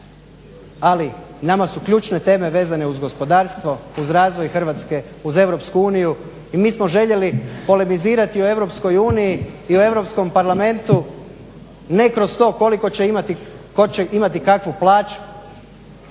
Ali, nama su ključne teme vezane uz gospodarstvo, uz razvoj Hrvatske, uz EU i mi smo željeli polemizirati o EU i o Europskom parlamentu ne kroz to koliko će imati tko kakvu plaću,